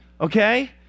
Okay